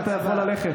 אתה יכול ללכת,